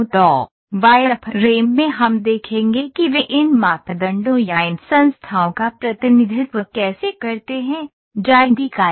तो वायरफ्रेम में हम देखेंगे कि वे इन मापदंडों या इन संस्थाओं का प्रतिनिधित्व कैसे करते हैं ड्राइंग इकाइयाँ